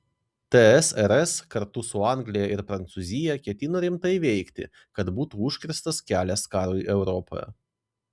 tsrs kartu su anglija ir prancūzija ketino rimtai veikti kad būtų užkirstas kelias karui europoje